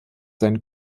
seinen